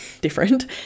different